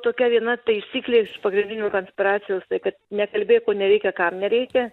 tokia viena taisyklė iš pagrindinių konspiracijos tai kad nekalbėk ko nereikia kam nereikia